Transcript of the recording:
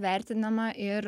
vertinama ir